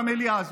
במליאה הזאת.